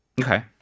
Okay